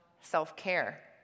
self-care